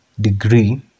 degree